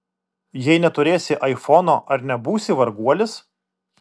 jei neturėsi aifono ar nebūsi varguolis